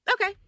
okay